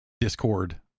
Discord